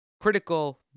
critical